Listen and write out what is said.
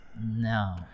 No